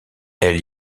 elle